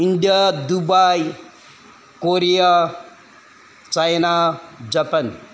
India Dubai Korea China Japan